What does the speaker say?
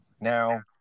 Now